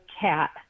cat